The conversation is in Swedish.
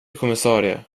kommissarie